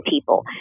people